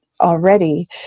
already